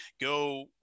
go